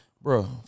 Bro